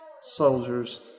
soldiers